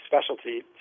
specialty